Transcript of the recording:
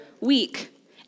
week